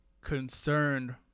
concerned